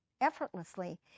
effortlessly